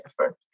effort